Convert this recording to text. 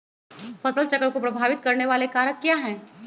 फसल चक्र को प्रभावित करने वाले कारक क्या है?